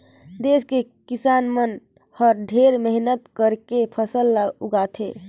देस के किसान मन हर ढेरे मेहनत करके फसल ल उगाथे